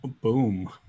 boom